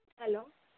hello